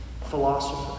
philosopher